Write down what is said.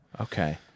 Okay